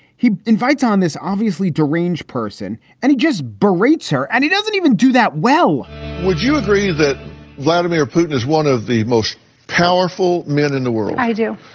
he invites on this obviously deranged person and he just berates her and he doesn't even do that well would you agree that vladimir putin is one of the most powerful men in the world? i do.